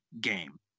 game